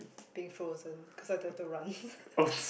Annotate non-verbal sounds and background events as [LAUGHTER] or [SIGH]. being frozen cause I don't have to run [LAUGHS]